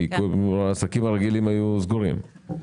כי עסקים רגילים היו סגורים.